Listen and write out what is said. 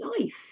life